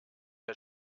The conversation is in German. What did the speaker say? der